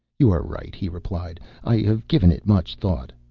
you are right, he replied i have given it much thought.